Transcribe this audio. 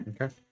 Okay